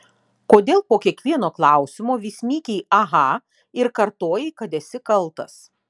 kodėl po kiekvieno klausimo vis mykei aha ir kartojai kad esi kaltas